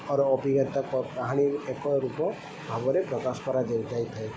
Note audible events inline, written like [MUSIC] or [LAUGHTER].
[UNINTELLIGIBLE] ଅଭିଜ୍ଞତା କାହାଣୀ ଏକ ରୂପ ଭାବରେ ପ୍ରକାଶ କରାଯାଇଥାଏ